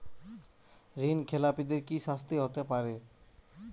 ঋণ খেলাপিদের কি শাস্তি হতে পারে?